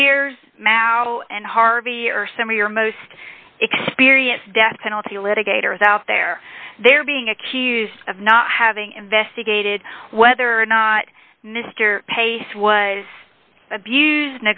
maui and harvey are some of your most experienced death penalty litigator is out there they're being accused of not having investigated whether or not mr pace was abused